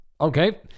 Okay